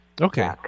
Okay